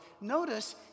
Notice